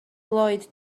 lloyd